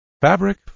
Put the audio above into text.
Fabric